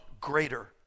greater